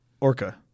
Orca